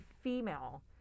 female